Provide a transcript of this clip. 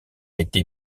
été